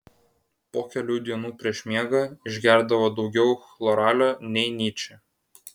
po kelių dienų prieš miegą išgerdavo daugiau chloralio nei nyčė